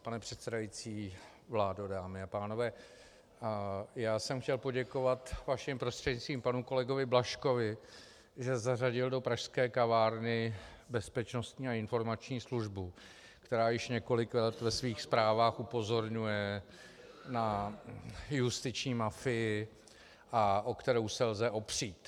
Pane předsedající, vládo, dámy a pánové, já jsem chtěl poděkovat vaším prostřednictvím panu kolegovi Blažkovi, že zařadil do pražské kavárny Bezpečnostní a informační službu, která již několik let ve svých zprávách upozorňuje na justiční mafii a o kterou se lze opřít.